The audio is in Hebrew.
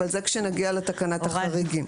אבל זה כאשר נגיע לתקנת החריגים.